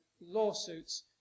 lawsuits